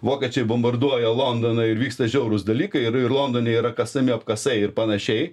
vokiečiai bombarduoja londoną ir vyksta žiaurūs dalykai ir londone yra kasami apkasai ir panašiai